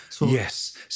Yes